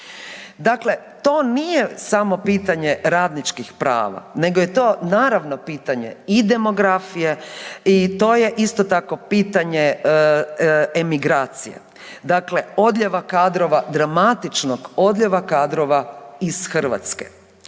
Dakle, to nije samo pitanje radničkih prava nego je to naravno pitanje i demografije i to je isto tako pitanje emigracije, dakle odlijeva kadrova dramatičnog odlijeva kadrova iz Hrvatske.